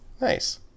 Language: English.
Nice